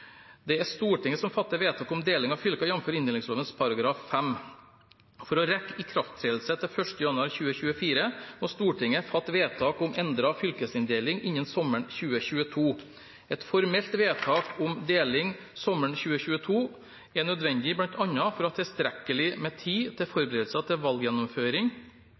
Det er Stortinget som fatter vedtak om deling av fylker, jf. inndelingsloven § 5. For å rekke ikrafttredelse til 1. januar 2024 må Stortinget fatte vedtak om endret fylkesinndeling innen sommeren 2022. Et formelt vedtak om deling sommeren 2022 er nødvendig bl.a. for å ha tilstrekkelig med tid til forberedelser til valggjennomføring